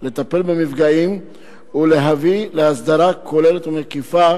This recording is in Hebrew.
לטפל במפגעים ולהביא להסדרה כוללת ומקיפה